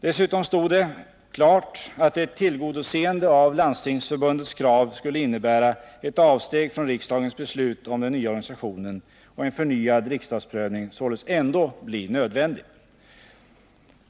Dessutom stod det klart att ett tillgodoseende av Landstingsförbundets krav skulle innebära ett avsteg från riksdagens beslut om den nya organisationen och att en förnyad riksdagsprövning således ändå skulle bli nödvändig.